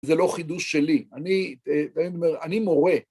זה לא חידוש שלי, אני מורה.